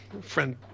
friend